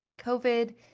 COVID